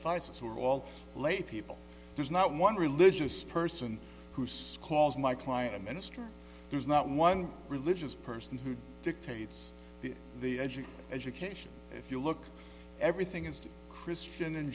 are all laypeople there's not one religious person who says calls my client a minister there's not one religious person who dictates the edge of education if you look everything is christian in